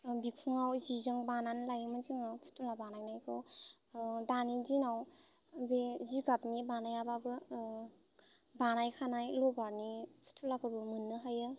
बिखुङाव जिजों बानानै लायोमोन जोङो फुथुला बानायनायखौ दानि दिनाव बे जिगाबनि बानायाबाबो बानायखानाय लबारनि फुथुलाफोरबो मोननो हायो